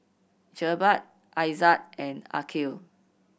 Jebat Aizat and Aqil